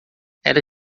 era